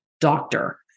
doctor